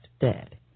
Dead